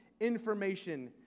information